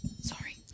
Sorry